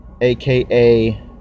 aka